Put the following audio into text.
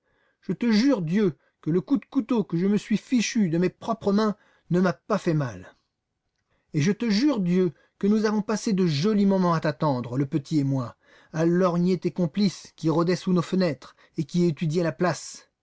je te jure dieu que le coup de couteau que je me suis fichu de mes propres mains ne m'a pas fait mal et je te jure dieu que nous avons passé de jolis moments à t'attendre le petit et moi à lorgner tes complices qui rôdaient sous nos fenêtres et qui étudiaient la place